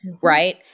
Right